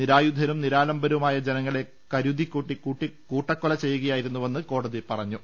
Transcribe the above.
നിരാ യുധരും നിരാലംബരുമായ ജനങ്ങളെ കരുതിക്കൂട്ടി കൂട്ടക്കൊല ചെയ്യുകയായിരുന്നുവെന്ന് കോടതി പറഞ്ഞു